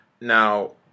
Now